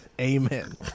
Amen